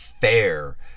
fair